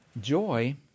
joy